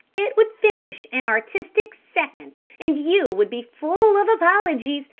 it would finish an artistic second and you would be full of apologies,